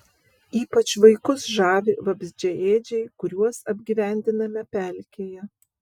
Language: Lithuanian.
ypač vaikus žavi vabzdžiaėdžiai kuriuos apgyvendiname pelkėje